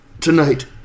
tonight